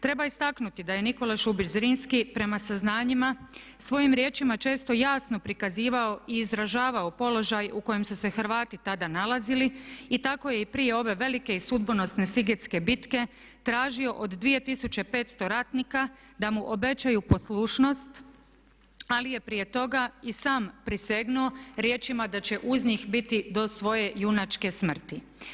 Treba istaknuti da je Nikola Šubić Zrinski prema saznanjima svojim riječima često jasno prikazivao i izražavao položaj u kojem su se Hrvati tada nalazili i tako je i prije ove velike i sudbonosne sigetske bitke tražio od 2500 ratnika da mu obećaju poslušnost ali je prije toga i sam prisegnuo riječima da će uz njih biti do svoje junačke smrti.